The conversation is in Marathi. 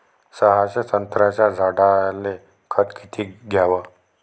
सहाशे संत्र्याच्या झाडायले खत किती घ्याव?